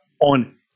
on